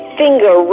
finger